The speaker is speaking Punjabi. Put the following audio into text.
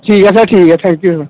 ਠੀਕ ਹੈ ਸਰ ਠੀਕ ਹੈ ਥੈਂਕ ਯੂ ਸਰ